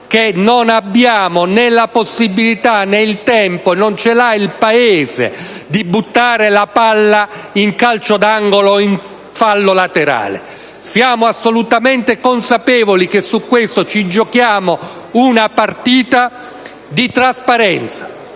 che non abbiamo né la possibilità né il tempo - non ce l'ha il Paese - di buttare la palla in calcio d'angolo o in fallo laterale. Siamo assolutamente consapevoli che su questo ci giochiamo una partita fondamentale